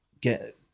get